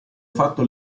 fatto